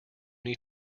need